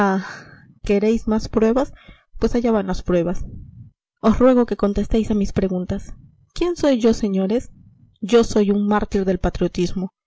queréis más pruebas pues allá van las pruebas os ruego que contestéis a mis preguntas quién soy yo señores yo soy un mártir del patriotismo